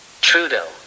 Trudeau